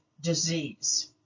disease